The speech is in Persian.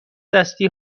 دستی